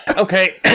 Okay